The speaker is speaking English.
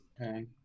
Okay